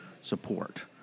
support